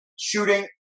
shooting